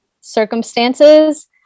circumstances